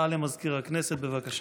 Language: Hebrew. ברשות